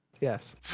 Yes